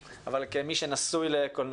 אבל כמי שנשוי לקולנוענית